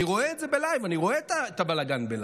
אני רואה את זה בלייב, אני רואה את הבלגן בלייב.